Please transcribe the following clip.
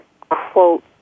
quote